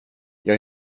jag